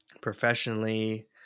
professionally